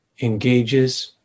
engages